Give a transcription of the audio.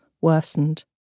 worsened